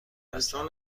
هستم